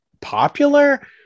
popular